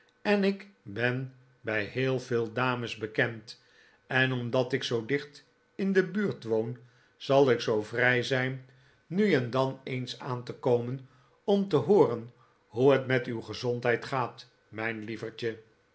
en ik ben bij heel veel dames bekend en omdat ik zoo dicht in de buurt woon zal ik zoo vrij zijn nu en dan eens aan te komen om te hooren hoe het met uw gezondheid gaat mijn lieverdje